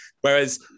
Whereas